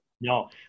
No